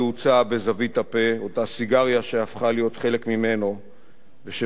אותה סיגריה שהפכה להיות חלק ממנו ושבסוף גם ניצחה אותו.